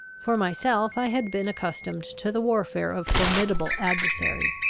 for myself, i had been accustomed to the warfare of formidable adversaries,